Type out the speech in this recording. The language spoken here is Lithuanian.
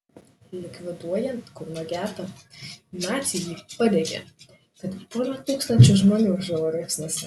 likviduojant kauno getą naciai jį padegė tad pora tūkstančių žmonių žuvo liepsnose